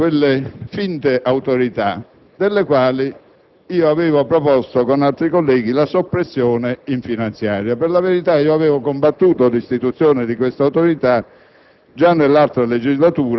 Questa è appunto una di quelle finte autorità delle quali avevo proposto con altri colleghi la soppressione in finanziaria. Per la verità avevo combattuto l'istituzione di questa autorità